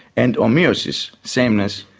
and homoiosis, sameness,